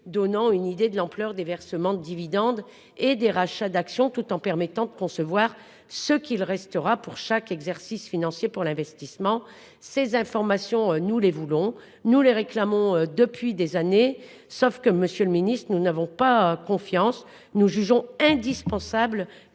donnant une idée de l'ampleur des versements de dividendes et des rachats d'actions, tout en permettant de concevoir ce qu'il restera pour chaque exercice financier pour l'investissement, ces informations nous les voulons nous les réclamons depuis des années, sauf que Monsieur le Ministre, nous n'avons pas confiance, nous jugeons indispensable